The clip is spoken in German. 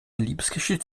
liebesgeschichte